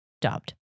dubbed